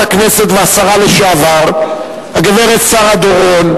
הכנסת והשרה לשעבר הגברת שרה דורון,